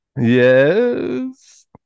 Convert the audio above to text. Yes